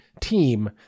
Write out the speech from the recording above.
team